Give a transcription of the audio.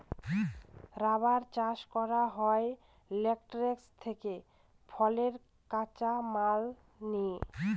rubber চাষ করা হয় ল্যাটেক্স থেকে ফলের কাঁচা মাল নিয়ে